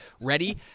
ready